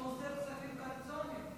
שאוסר כספים קואליציוניים?